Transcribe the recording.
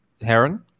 Heron